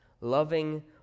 loving